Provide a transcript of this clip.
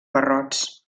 barrots